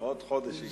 עוד חודש ייגמר.